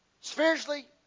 spiritually